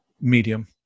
medium